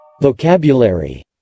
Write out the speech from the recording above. Vocabulary